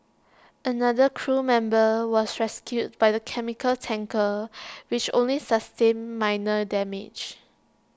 another crew member was rescued by the chemical tanker which only sustained minor damage